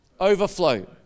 Overflow